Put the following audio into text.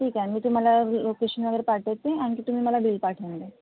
ठीक आहे मी तुम्हाला लोकेशन वगैरे पाठवते आणखी तुम्ही मला बिल पाठवून द्या